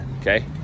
okay